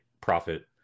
profit